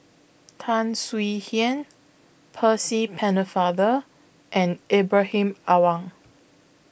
Tan Swie Hian Percy Pennefather and Ibrahim Awang